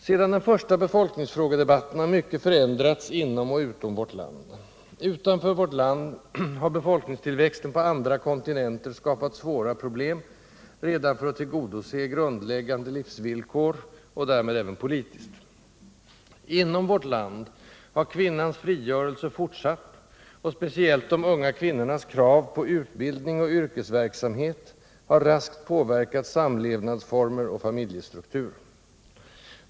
Sedan den förra befolkningsdebatten har mycket förändrats inom och utom vårt land. Utanför vårt land har befolkningstillväxten på andra kontinenter skapat svåra problem redan för att tillgodose grundläggande livsvillkor och därmed även politiskt. Inom vårt land har kvinnans frigörelse fortsatt, och speciellt de unga kvinnornas krav på utbildning och yrkesverksamhet har raskt påverkat samlevnadsformer och familjestruktur.